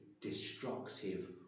destructive